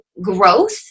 growth